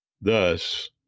Thus